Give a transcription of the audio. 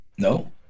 No